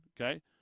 okay